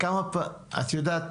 את יודעת,